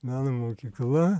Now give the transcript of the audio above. meno mokykla